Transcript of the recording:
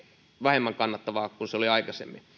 vähemmän kannattavaa kuin se oli aikaisemmin